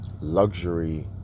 luxury